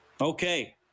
okay